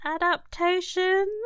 adaptation